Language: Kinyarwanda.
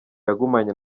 yagumanye